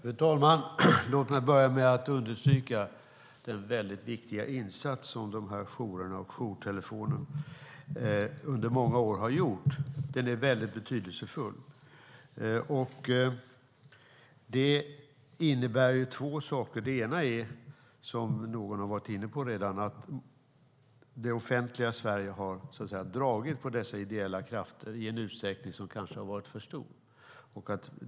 Fru talman! Låt mig börja med att understryka den väldigt viktiga insats som de här jourerna och jourtelefonerna under många år har gjort. Den är väldigt betydelsefull. Som någon redan har varit inne på har det offentliga Sverige förlitat sig på dessa ideella krafter i en utsträckning som kanske har varit för stor.